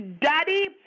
Daddy